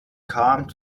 kam